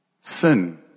sin